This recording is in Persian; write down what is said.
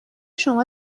شما